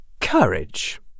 Courage